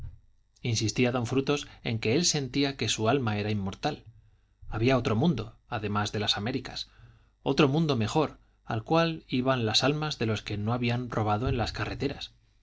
insistía don frutos en que él sentía que su alma era inmortal había otro mundo además de las américas otro mundo mejor al cual iban las almas de los que no habían robado en las carreteras